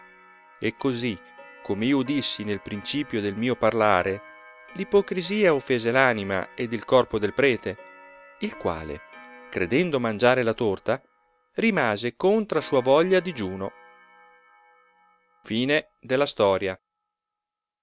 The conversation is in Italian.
e così come io dissi nel principio del mio parlare l'ipocrisia offese l'anima ed il corpo del prete il quale credendo mangiare la torta rimase contra sua voglia digiuno